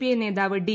I നേതാവ് D